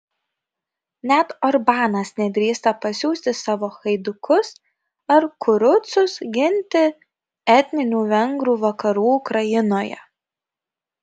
net orbanas nedrįsta pasiųsti savo haidukus ar kurucus ginti etninių vengrų vakarų ukrainoje